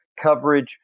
coverage